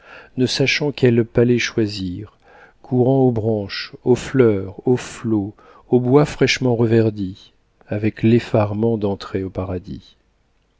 ne sachant quel palais choisir courant aux branches aux fleurs aux flots aux bois fraîchement reverdis avec l'effarement d'entrer au paradis